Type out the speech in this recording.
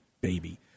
baby